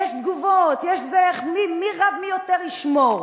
יש תגובות, יש זה, זה רב מי יותר ישמור.